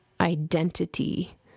identity